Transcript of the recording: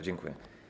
Dziękuję.